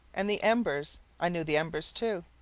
and the embers i knew the embers, too.